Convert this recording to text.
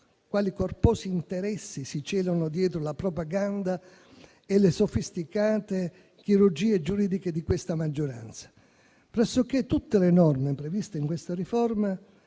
quali corposi interessi si celano dietro la propaganda e le sofisticate chirurgie giuridiche di questa maggioranza. Pressoché tutte le norme previste in questa riforma